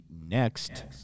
next